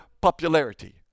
popularity